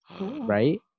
Right